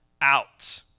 out